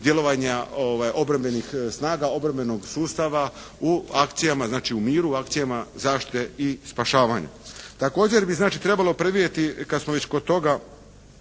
djelovanja obrambenih snaga obrambenog sustava u akcijama znači u miru, u akcijama zaštite i spašavanja. Također bi znači trebalo predvidjeti kad smo već kod toga